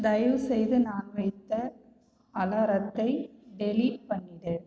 தயவுசெய்து நான் வைத்த அலாரத்தை டெலீட் பண்ணிவிடு